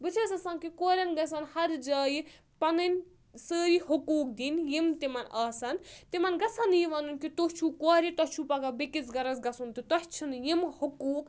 بہٕ چھَس آسان کہِ کورؠن گژھان ہَر جایہِ پَنٕنۍ سٲری حقوٗق دِنۍ یِم تِمَن آسَن تِمَن گژھن نہٕ یہِ وَنُن کہِ تُہۍ چھُو کورِ تۄہہِ چھُو پَگہہ بیٚکِس گَرَس گَژھُن تہٕ تۄہہِ چھِنہٕ یِم حقوٗق